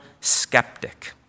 skeptic